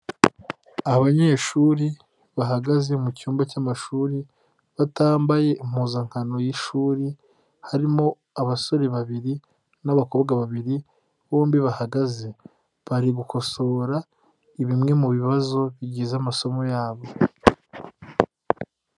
Abanyeshuri bahagaze mu cyumba cy'amashuri, batambaye impuzankano y'ishuri, harimo abasore babiri, n'abakobwa babiri, bombi bahagaze. Bari gukosora bimwe mu bibazo, bigize amasomo yabo.